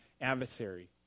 adversary